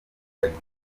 bagiye